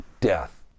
death